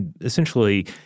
essentially